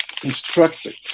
constructed